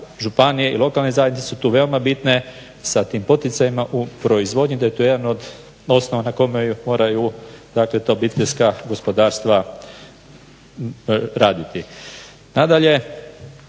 županije i lokalne zajednice su tu veoma bitne sa tim poticajima u proizvodnji, da je to jedan od …/Govornik se ne razumije./… na kojemu moraju dakle to obiteljska gospodarstva raditi.